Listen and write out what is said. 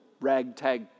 ragtag